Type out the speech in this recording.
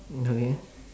okay